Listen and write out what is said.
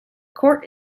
court